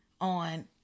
on